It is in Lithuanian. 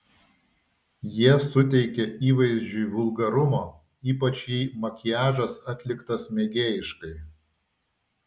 jie suteikia įvaizdžiui vulgarumo ypač jei makiažas atliktas mėgėjiškai